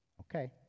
Okay